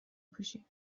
پوشی